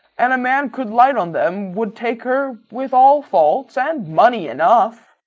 an a man could light on them, would take her with all faults, and money enough.